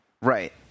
Right